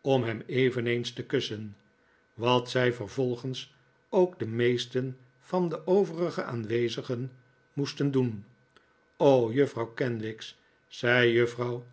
om hem eveneens te kussen wat zij vervolgens ook de meesten van de overige aanwezigen moesten doen juffrouw kenwigs zei juffrouw